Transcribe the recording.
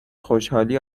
خوشحالی